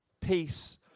peace